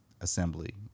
assembly